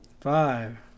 Five